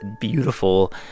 beautiful